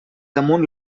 damunt